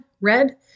red